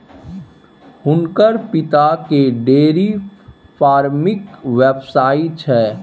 हुनकर पिताकेँ डेयरी फार्मिंगक व्यवसाय छै